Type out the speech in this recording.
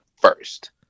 first